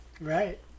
Right